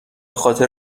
خاطر